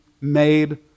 made